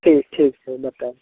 ठीक ठीक छै बताउ